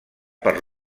per